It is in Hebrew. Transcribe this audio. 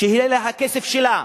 שיהיה לה הכסף שלה.